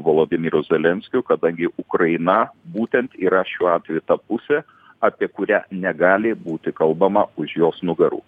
volodimiru zelenskiu kadangi ukraina būtent yra šiuo atveju ta pusė apie kurią negali būti kalbama už jos nugarų